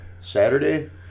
Saturday